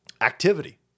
activity